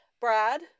Brad